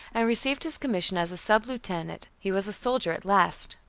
and received his commission as a sub-lieutenant. he was a soldier at last.